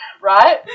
Right